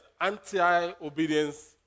anti-obedience